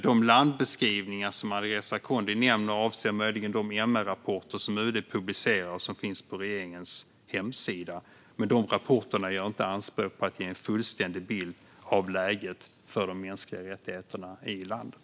De landbeskrivningar som Alireza Akhondi nämner avser möjligen de MR-rapporter som UD publicerar och som finns på regeringens hemsida, men de rapporterna gör inte anspråk på att ge en fullständig bild av läget för de mänskliga rättigheterna i landet.